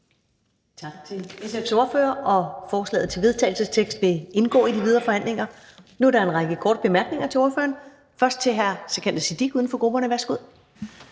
Tak til SF's ordfører. Og forslaget til vedtagelse vil indgå i den videre forhandling. Nu er der en række korte bemærkninger til ordføreren, og først er det hr. Sikandar Siddique, uden for grupperne. Værsgo.